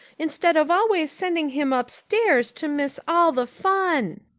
instead of always sending him upstairs to miss all the fun.